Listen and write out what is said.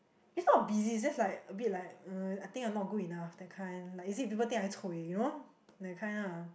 it's not busy it's just like a bit like uh I think I'm not good enough that kind like you see people think I'm cui you know that kind lah